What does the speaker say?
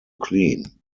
clean